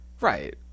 right